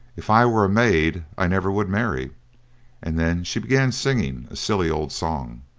if i were a maid, i never would marry and then she began singing a silly old song.